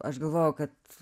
aš galvojau kad